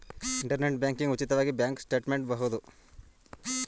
internet banking ಉಚಿತವಾಗಿ bank statement ಬಹುದು